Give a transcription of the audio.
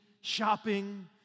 shopping